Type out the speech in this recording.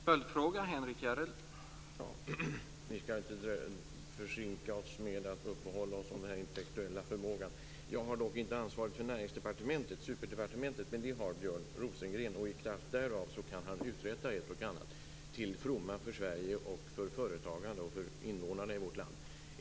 Herr talman! Vi skall inte sinka oss med att uppehålla oss vid den intellektuella förmågan. Jag har dock inte ansvaret för Näringsdepartementet, superdepartementet, men det har Björn Rosengren, och i kraft av det kan han uträtta ett och annat till fromma för Sverige och företagande och för invånarna i vårt land.